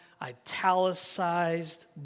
italicized